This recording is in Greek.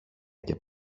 και